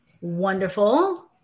Wonderful